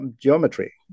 geometry